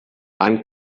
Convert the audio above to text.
han